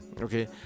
Okay